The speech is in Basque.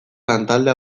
lantalde